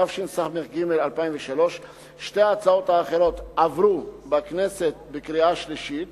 התשס"ג 2003. שתי ההצעות האחרות עברו בכנסת בקריאה שלישית,